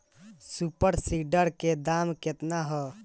Super seeder के दाम केतना ह?